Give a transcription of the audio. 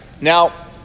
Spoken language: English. Now